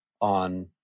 on